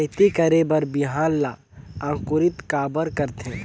खेती करे बर बिहान ला अंकुरित काबर करथे?